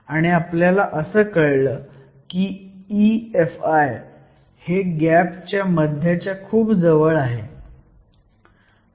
आणि आपल्याला असं कळलं की EFi हे गॅपच्या मध्याच्या खूप जवळ आहे